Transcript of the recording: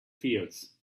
fields